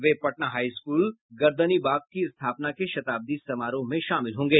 वे Patna high school Gardanibagh की स्थापना के शताब्दी समारोह में शामिल होंगे